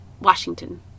washington